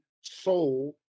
soul